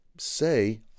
say